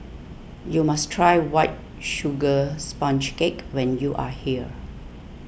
you must try White Sugar Sponge Cake when you are here